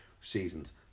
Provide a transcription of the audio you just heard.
seasons